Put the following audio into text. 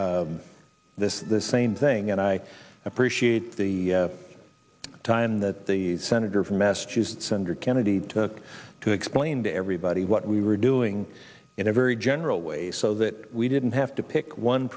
this is the same thing and i appreciate the time that the senator from massachusetts senator kennedy took to explain to everybody what we were doing in a very general way so that we didn't have to pick one